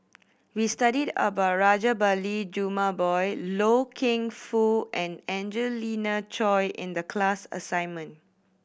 we studied about Rajabali Jumabhoy Loy Keng Foo and Angelina Choy in the class assignment